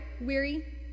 weary